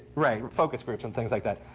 right, focus groups and things like that.